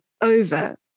over